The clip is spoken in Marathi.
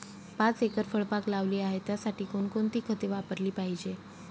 पाच एकर फळबाग लावली आहे, त्यासाठी कोणकोणती खते वापरली पाहिजे?